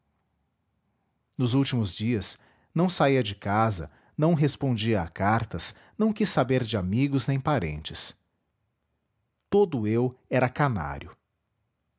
nos últimos dias não saía de casa não respondia a cartas não quis saber de amigos nem parentes todo eu era canário